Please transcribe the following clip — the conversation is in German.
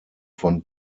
von